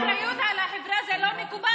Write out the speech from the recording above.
להטיל את האחריות על החברה זה לא מקובל.